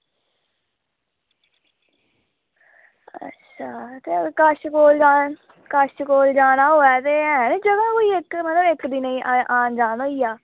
अच्छा ते कश कोल जाना कश कोल जाना होऐ ते ऐ जगह कोई इक्क दिनें च कोई आन जान होई जा